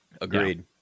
agreed